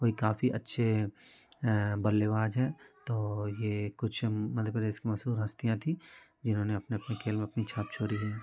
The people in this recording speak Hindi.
कोई काफी अच्छे बल्लेबाज़ हैं तो ये कुछ मध्य प्रदेश की मशहूर हस्तियाँ थी जिन्होंने अपने अपने खेल में अपनी छाप छोड़ी है